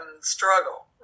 struggle